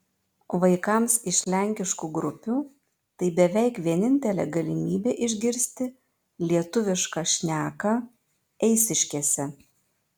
vaikams iš lenkiškų grupių tai beveik vienintelė galimybė išgirsti lietuvišką šneką eišiškėse